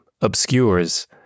obscures